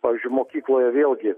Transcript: pavyzdžiui mokykloje vėlgi